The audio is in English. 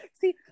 See